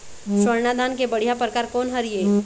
स्वर्णा धान के बढ़िया परकार कोन हर ये?